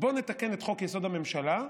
בוא נתקן את חוק-יסוד: הממשלה,